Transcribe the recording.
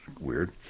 weird